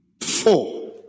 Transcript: four